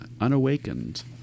unawakened